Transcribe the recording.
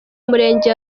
murenge